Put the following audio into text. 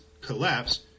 collapse